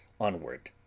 onward